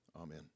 Amen